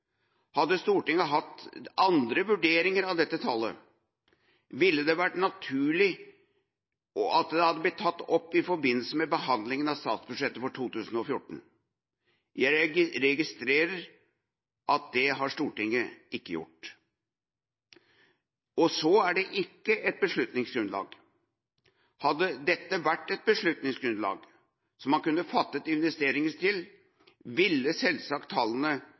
hadde Stortinget hatt andre vurderinger av dette tallet, ville det naturlige vært å ha tatt opp det i forbindelse med behandlingen av statsbudsjettet for 2014. Jeg registrerer at det har Stortinget ikke gjort.» Og videre: «Og så er det ikke et beslutningsgrunnlag. Hadde dette vært et beslutningsgrunnlag som man skulle fattet investering til, ville selvsagt tallene